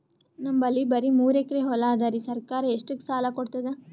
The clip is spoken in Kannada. ನಮ್ ಬಲ್ಲಿ ಬರಿ ಮೂರೆಕರಿ ಹೊಲಾ ಅದರಿ, ಸರ್ಕಾರ ಇಷ್ಟಕ್ಕ ಸಾಲಾ ಕೊಡತದಾ?